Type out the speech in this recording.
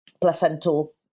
placental